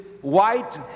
white